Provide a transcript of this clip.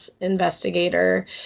investigator